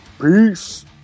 Peace